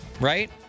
right